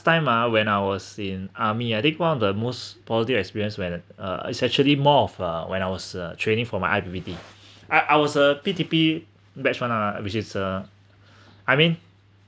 time ah when I was in army ah then one of the most positive experience when uh is actually more of uh when I was uh training for my activity I I was a P_T_P batch [one] ah which is uh I mean